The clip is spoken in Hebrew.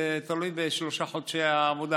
זה תלוי בשלושת חודשי העבודה,